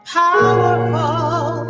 powerful